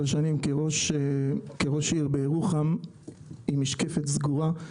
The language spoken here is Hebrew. שנים כראש עיר בירוחם עם משקפת סגורה,